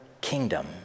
kingdom